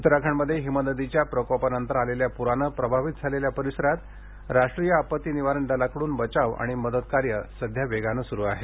उत्तराखंडमध्ये हिमनदीच्या प्रकोपानंतर आलेल्या प्रानं प्रभावित झालेल्या परिसरात राष्ट्रीय आपत्ती निवारण दलाकडून बचाव आणि मदत कार्य वेगानं सुरु आहे